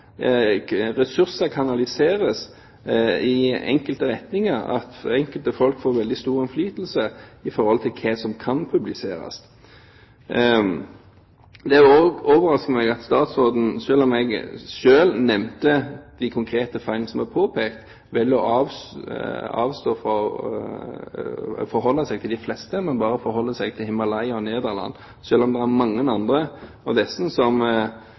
enkelte folk får veldig stor innflytelse på hva som kan publiseres. Det overrasker meg at statsråden – selv om jeg selv nevnte de konkrete feilene som er påpekt – velger å avstå fra å forholde seg til de fleste av dem, men bare forholder seg til Himalaya og Nederland, selv om det er mange andre,